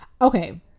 okay